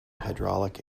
hydraulic